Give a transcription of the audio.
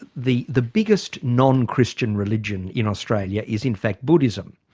ah the the biggest non-christian religion in australia yeah is in fact buddhism.